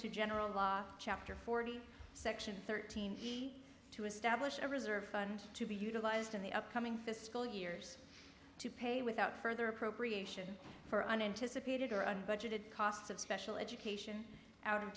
to general law chapter forty section thirteen to establish a reserve fund to be utilized in the upcoming fiscal years to pay without further appropriation for unanticipated or unbudgeted costs of special education out of